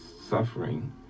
suffering